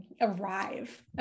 Arrive